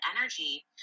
energy